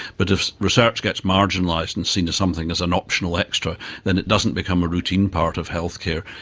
but if research gets marginalised and seen as something as an optional extra then it doesn't become a routine part of healthcare,